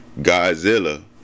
Godzilla